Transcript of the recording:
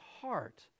heart